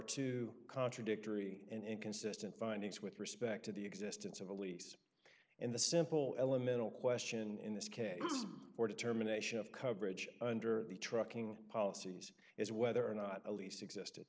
two contradictory and inconsistent findings with respect to the existence of a lease in the simple elemental question in this case for determination of coverage under the trucking policies is whether or not a lease existed